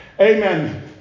Amen